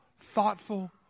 thoughtful